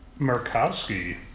murkowski